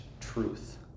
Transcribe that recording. truth